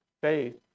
faith